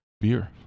beer